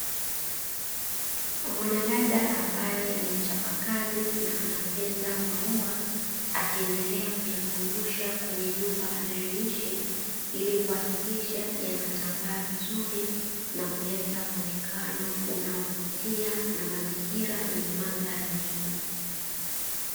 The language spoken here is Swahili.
Mwanadada ambaye ni mchapakazi na anapenda maua, akiendelea kuyazungusha kwenye nyumba anayoishi, ili kuhakikisha yanatambaa vizuri na kuleta mwonekano unaovutia na mazingira yenye madhari nzuri.